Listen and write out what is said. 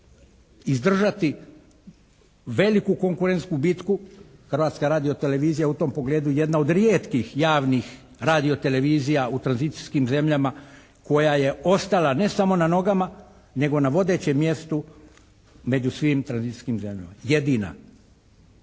izdržati veliku konkurentsku bitku. Hrvatska radio-televizija u tom pogledu je jedna od rijetkih javnih radio-televizija u tranzicijskim zemljama koja je ostala ne samo na nogama nego na vodećem mjestu među svim tranzicijskim zemljama, jedina.